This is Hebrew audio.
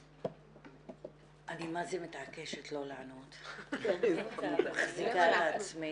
אני מה-זה מתעקשת לא לענות, אני מחזיקה את עצמי.